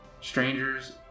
Strangers